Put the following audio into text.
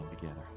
together